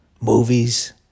movies